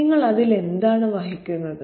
' നിങ്ങൾ അതിൽ എന്താണ് വഹിക്കുന്നത്